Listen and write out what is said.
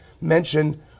mention